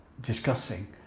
discussing